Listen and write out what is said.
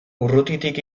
urrutitik